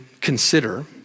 consider